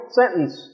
sentence